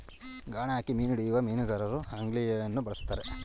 ಗಾಣ ಹಾಕಿ ಮೀನು ಹಿಡಿಯುವ ಮೀನುಗಾರರು ಆಂಗ್ಲಿಂಗನ್ನು ಬಳ್ಸತ್ತರೆ